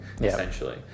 essentially